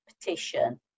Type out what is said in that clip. petition